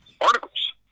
articles